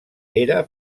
era